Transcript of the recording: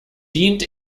dient